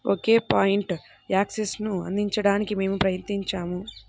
ఒకే point యాక్సెస్ను అందించడానికి మేము ప్రయత్నించాము